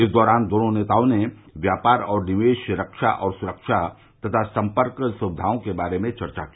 इस दौरान दोनों नेताओं ने व्यापार और निवेश रक्षा और सुरक्षा तथा संपर्क स्विघाओं के बारे में चर्चा की